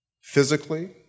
physically